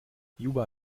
juba